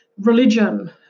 religion